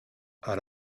out